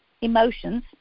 emotions